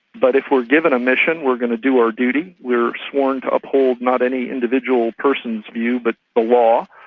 but if we're given a mission we're going to do our duty, we're sworn to uphold not any individual person's view but the law,